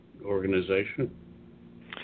organization